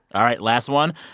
all right, last one.